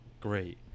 great